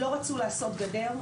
לא רצו לעשות גדר,